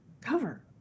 cover